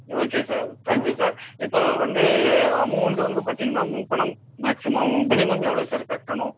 okay sir thank you sir இப்போ வந்து amount வந்து பார்த்திங்குனா முன்பணம் மாக்சிமம் மினிமம் எவ்வளோ சார் கட்டணும்